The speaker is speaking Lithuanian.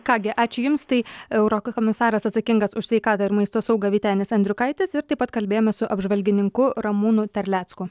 ką gi ačiū jums tai eurokomisaras atsakingas už sveikatą ir maisto saugą vytenis andriukaitis ir taip pat kalbėjome su apžvalgininku ramūnu terlecku